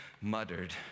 muttered